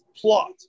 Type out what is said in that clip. plot